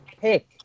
pick